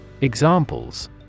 Examples